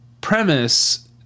premise